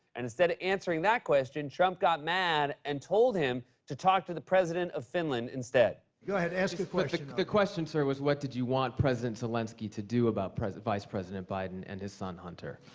and instead of answering that question, trump got mad and told him to talk to the president of finland instead. go ahead. ask a question. the question, sir, was what did you want president zelensky to do about vice president biden and his son, hunter? are